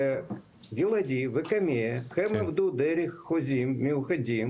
בגלעדי ובקמ"ע הם עבדו דרך חוזים מיוחדים